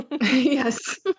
Yes